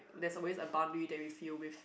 there's always a boundary that we feel with